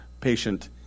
patient